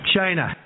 China